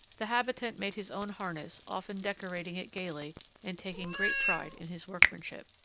the habitant made his own harness, often decorating it gaily and taking great pride in his workmanship.